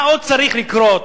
מה עוד צריך לקרות?